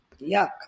yuck